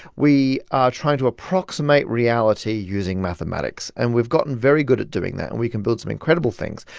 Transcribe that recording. we are trying to approximate reality using mathematics. and we've gotten very good at doing that, and we can build some incredible things.